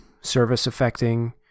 service-affecting